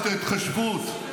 ההתחשבות,